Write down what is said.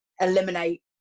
eliminate